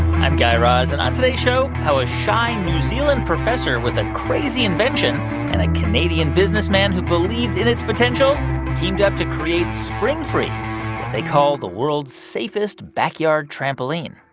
i'm guy raz, and on today's show, how a shy new zealand professor with a crazy invention and a canadian businessman who believed in its potential teamed up to create springfree, what they call the world's safest backyard trampoline